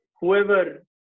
whoever